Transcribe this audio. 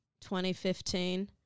2015